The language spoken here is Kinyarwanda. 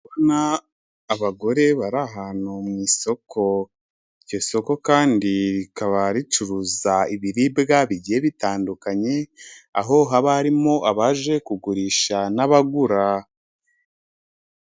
Abagore barahan mu isoko, iryo soko kandi rikaba ricuruza ibiribwa bigiye bitandukanye, aho haba harimo abaje kugurisha n'abagura.